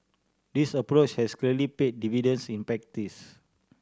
this approach has clearly paid dividends in practice